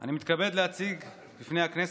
אני מתכבד להציג בפני הכנסת,